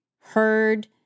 heard